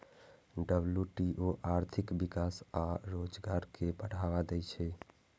WTO आर्थिक विकास आ रोजगार कें बढ़ावा दै छै